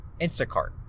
instacart